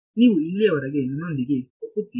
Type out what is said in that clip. ನೀವು ಇಲ್ಲಿಯವರೆಗೆ ನನ್ನೊಂದಿಗೆ ಒಪ್ಪುತ್ತೀರಿ